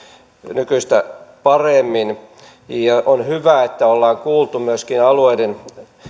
nykyistä paremmin on hyvä että ollaan kuultu myöskin alueiden